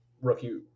rookie